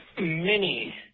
Mini